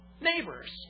neighbors